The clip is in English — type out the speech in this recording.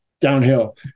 downhill